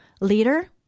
leader